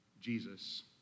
Jesus